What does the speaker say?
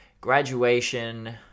graduation